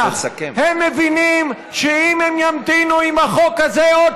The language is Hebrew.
הם מבינים שאם הם ימתינו עם החוק הזה עוד